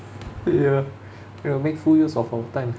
ya we'll make full use of our time